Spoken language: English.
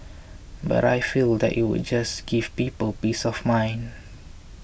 but I feel that it would just give people peace of mind